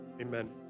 amen